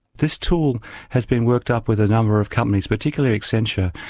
this tool has been worked up with a number of companies, particularly accenture.